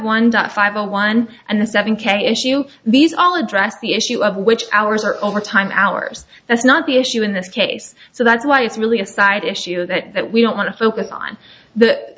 one day five on one and the seven k issue these all address the issue of which hours are overtime hours that's not the issue in this case so that's why it's really a side issue that we don't want to focus on that